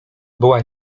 była